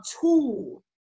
tool